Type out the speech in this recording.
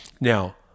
Now